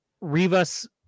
Rivas